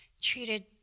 treated